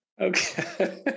Okay